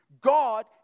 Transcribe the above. God